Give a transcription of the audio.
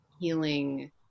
healing